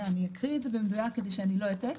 אני אקריא את זה במדויק כדי שאני לא אטענה,